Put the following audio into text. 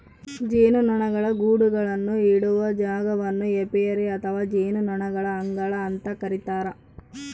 ಜೇನುನೊಣಗಳ ಗೂಡುಗಳನ್ನು ಇಡುವ ಜಾಗವನ್ನು ಏಪಿಯರಿ ಅಥವಾ ಜೇನುನೊಣಗಳ ಅಂಗಳ ಅಂತ ಕರೀತಾರ